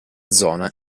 zona